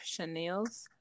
Chanels